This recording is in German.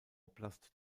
oblast